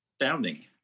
astounding